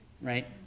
right